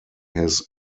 his